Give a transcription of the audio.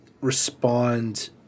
respond